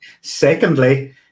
Secondly